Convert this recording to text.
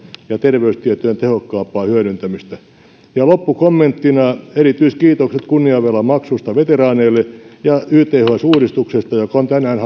ja terveystietojen tehokkaampaa hyödyntämistä loppukommenttina erityiskiitokset kunniavelan maksusta veteraaneille ja yths uudistuksesta joka on tänään